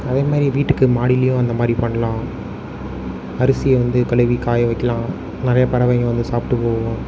அதே மாதிரி வீட்டுக்கு மாடிலேயும் அந்த மாதிரி பண்ணலாம் அரிசியை வந்து கழுவி காய வைக்கலாம் நிறைய பறவைங்க வந்து சாப்பிட்டு போகும்